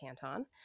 Canton